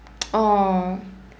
oh